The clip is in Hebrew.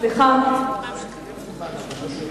רק שנייה, אדוני השר.